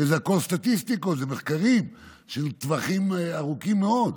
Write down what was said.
הרי הכול סטטיסטיקות ומחקרים של טווחים ארוכים מאוד.